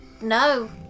No